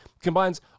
combines